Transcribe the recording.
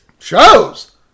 Shows